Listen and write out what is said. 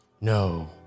No